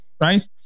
right